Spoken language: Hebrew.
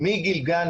מגיל גן,